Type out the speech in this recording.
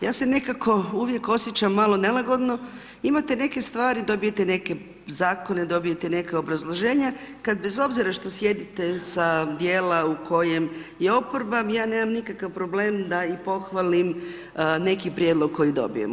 Ja se nekako uvijek osjećam malo nelagodno, imate neke stvari, dobijete neke zakone, dobijete neka obrazloženja kad bez obzira što sjedite sa dijela u kojem je oporba, ja nemam nikakav problem da i pohvalim neki prijedlog koji dobijemo.